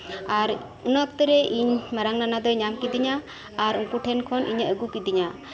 ᱟᱨ ᱤᱱᱟᱹ ᱚᱠᱛᱚᱨᱮ ᱤᱧ ᱢᱟᱨᱟᱝ ᱱᱟᱱᱟᱭ ᱧᱟᱢ ᱠᱤᱫᱤᱧᱟ ᱟᱨ ᱩᱱᱠᱩ ᱴᱷᱮᱱ ᱠᱷᱚᱱ ᱤᱧᱮ ᱟᱹᱜᱩ ᱠᱤᱫᱤᱧᱟ